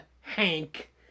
Hank